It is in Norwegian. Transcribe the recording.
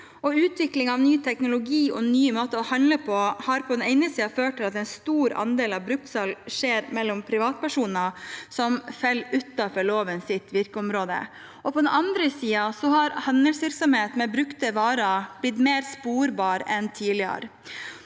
Utvikling av ny teknologi og nye måter å handle på har på den ene siden ført til at en stor andel av bruktsalg skjer mellom privatpersoner, noe som faller utenfor lovens virkeområde. På den andre siden har handelsvirksomhet med brukte varer blitt mer sporbar enn tidligere.